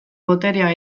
boterea